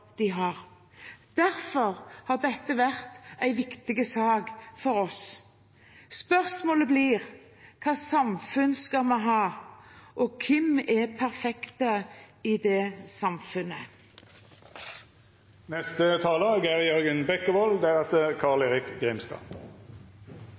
de har. Derfor har dette vært en viktig sak for oss. Spørsmålet blir: Hva slags samfunn skal vi ha, og hvem er perfekte i det